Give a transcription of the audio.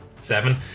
Seven